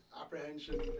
apprehension